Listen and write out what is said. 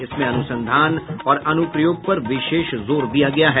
इसमें अनुसंधान और अनुप्रयोग पर विशेष जोर दिया गया है